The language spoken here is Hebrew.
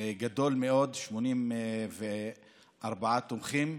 גדול מאוד, 84 תומכים.